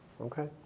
Okay